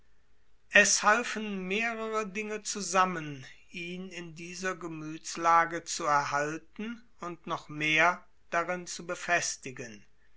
es halfen mehrere dinge zusammen ihn in dieser gemütslage zu erhalten und noch mehr darin zu befestigen